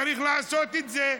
צריך לעשות את זה,